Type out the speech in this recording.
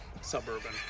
Suburban